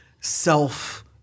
self